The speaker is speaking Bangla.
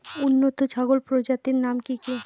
উন্নত ছাগল প্রজাতির নাম কি কি?